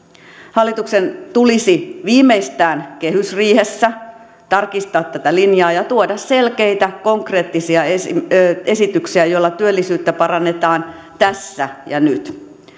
hallituksen tulisi viimeistään kehysriihessä tarkistaa tätä linjaa ja tuoda selkeitä konkreettisia esityksiä esityksiä joilla työllisyyttä parannetaan tässä ja nyt